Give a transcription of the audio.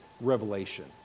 revelation